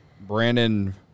Brandon